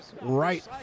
right